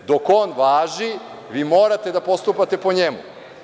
Dok on važi, vi morate da postupate po njemu.